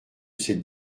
cette